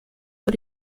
por